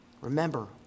Remember